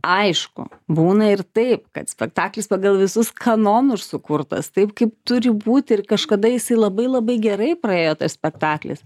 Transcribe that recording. aišku būna ir taip kad spektaklis pagal visus kanonus sukurtas taip kaip turi būti ir kažkada jisai labai labai gerai praėjo spektaklis